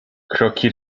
kroki